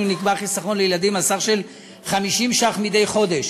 נקבע חיסכון לילדים בסך 50 ש"ח מדי חודש